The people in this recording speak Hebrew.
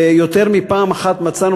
ויותר מפעם אחת מצאנו,